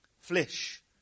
flesh